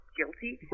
guilty